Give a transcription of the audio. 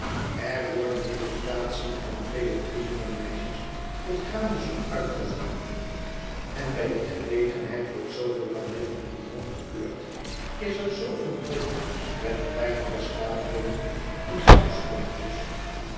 er worden deputation van twee of drie jonge meisjes tot kraambezoek uitgezonden en bij die gelegenheid wordt er zooveel kandeel en bouillon gekeurd is er zooveel drukte met kleine versnaperingen in